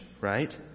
right